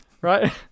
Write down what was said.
right